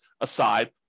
aside